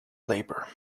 labor